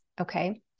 okay